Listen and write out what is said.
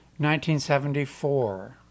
1974